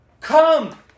Come